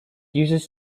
uses